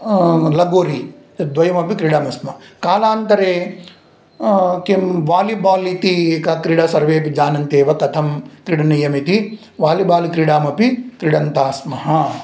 लगोरि द्वयमपि क्रीडामि स्म कालान्तरे किं वालिबाल् इति एका क्रीडा सर्वेऽपि जानन्ति एव कथं क्रीडनीयमिति वालिबाल् क्रीडामपि क्रीडन्तः स्मः